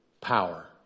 power